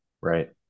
Right